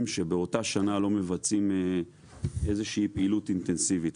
שבאותה שנה לא מבצעים איזו שהיא פעילות אינטנסיבית.